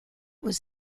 was